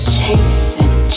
chasing